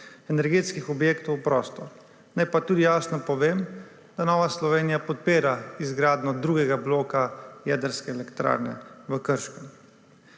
energetskih objektov v prostor. Naj pa tudi jasno povem, da Nova Slovenija podpira izgradnjo drugega bloka jedrske elektrarne v Krškem.